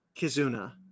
Kizuna